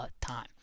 time